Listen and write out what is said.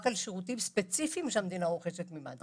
רק על שירותים ספציפיים שהמדינה רוכשת ממד"א.